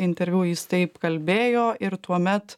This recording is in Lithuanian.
interviu jis taip kalbėjo ir tuomet